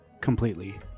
Completely